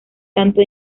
tanto